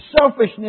selfishness